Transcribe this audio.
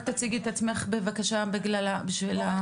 תציגי את עצמך בבקשה בשביל הפרוטוקול.